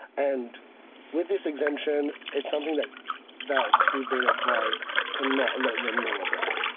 and with this exemption it's something that that we've been advised to not let them know about.